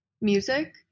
music